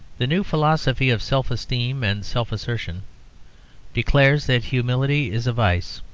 the new philosophy of self-esteem and self-assertion declares that humility is a vice.